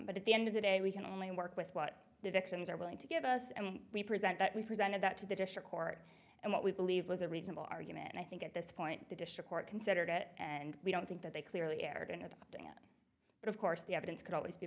but at the end of the day we can only work with what the victims are willing to give us and we present that we presented that to the district court and what we believed was a reasonable argument and i think at this point the district court considered it and we don't think that they clearly erred but of course the evidence could always